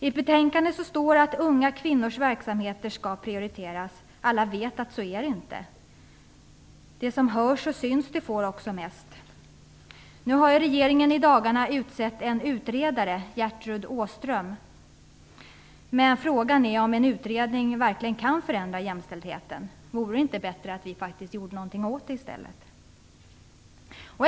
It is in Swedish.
I betänkandet står att unga kvinnors verksamheter skall prioriteras. Alla vet att det inte är så. De som hörs och syns får också mest. Regeringen har i dagarna utsett en utredare - Gertrud Åström. Men frågan är om en utredning verkligen kan förändra jämställdheten. Vore det inte bättre att vi faktiskt gjorde något åt det i stället?